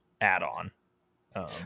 add-on